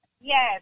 Yes